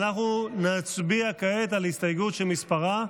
אנחנו נצביע כעת על הסתייגות שמספרה?